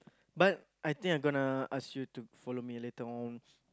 but I think I gonna ask you to follow me later on